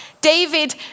David